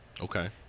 Okay